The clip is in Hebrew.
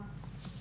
כמו שאתם רואים,